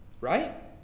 right